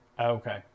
Okay